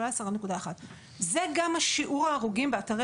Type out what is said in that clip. אולי 10.1. זה גם שיעור ההרוגים באתרי